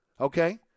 Okay